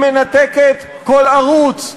היא מנתקת כל ערוץ,